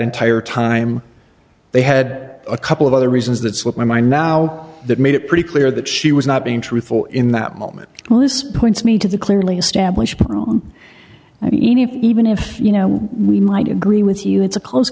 entire time they had a couple of other reasons that slipped my mind now that made it pretty clear that she was not being truthful in that moment when this points me to the clearly established and even if you know we might agree with you it's a close